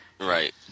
Right